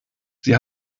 sie